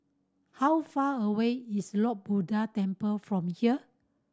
how far away is Lord Buddha Temple from here